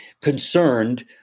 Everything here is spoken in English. concerned